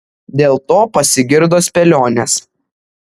dėl to pasigirdo spėlionės